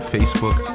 Facebook